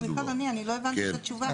סליחה אדוני, אני לא הבנתי את התשובה.